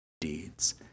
deeds